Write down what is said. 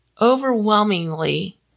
overwhelmingly